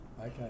Okay